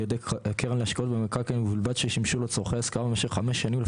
במקום פסקה (4) יבוא: "(4)